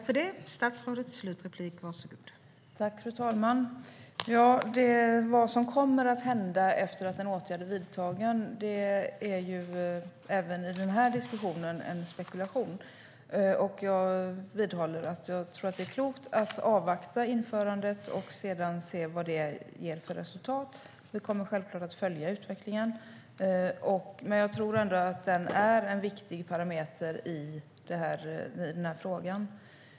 Fru talman! Vad som kommer att hända efter att en åtgärd är vidtagen är, även i den här diskussionen, en spekulation. Jag vidhåller att jag tror att det är klokt att avvakta införandet och se vilket resultat det kommer att ge. Vi kommer självklart att följa utvecklingen. Jag tror ändå att Kapstadskonventionen är en viktig parameter i den här frågan.